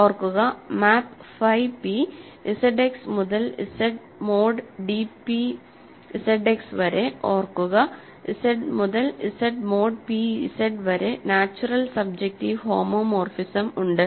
ഓർക്കുക map phi p ZX മുതൽ Z mod dp ZX വരെ ഓർക്കുക Z മുതൽ Z മോഡ് p Z വരെ നാച്ചുറൽ സബ്ജെക്റ്റീവ് ഹോമോമോർഫിസം ഉണ്ട്